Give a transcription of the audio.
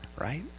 right